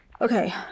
Okay